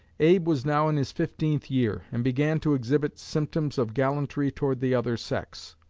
abe was now in his fifteenth year, and began to exhibit symptoms of gallantry toward the other sex.